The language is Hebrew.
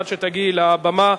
עד שתגיעי לבמה,